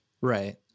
Right